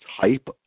type